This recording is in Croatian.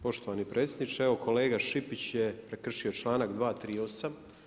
Poštovani predsjedniče, evo kolega Šipić je prekršio članak 238.